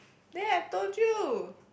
there I told you